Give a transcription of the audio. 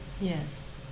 Yes